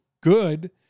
good